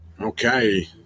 Okay